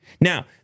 Now